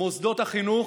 מוסדות החינוך,